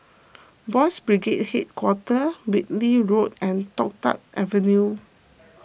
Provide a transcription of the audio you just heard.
Boys' Brigade Hit Quarter Whitley Road and Toh Tuck Avenue